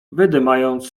wydymając